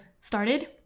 started